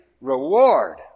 reward